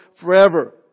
forever